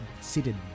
seated